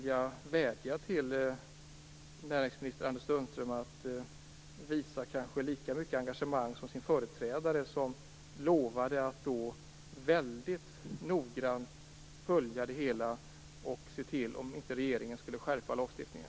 Jag vädjar till näringsminister Anders Sundström att visa lika mycket engagemang som sin företrädare; han lovade att noggrant följa det hela och se om regeringen skulle skärpa lagstiftningen.